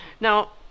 Now